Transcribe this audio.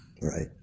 Right